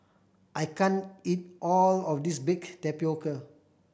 I can't eat all of this baked tapioca